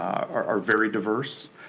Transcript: are are very diverse,